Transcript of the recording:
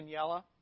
Daniela